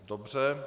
Dobře.